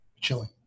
chilling